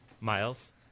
Miles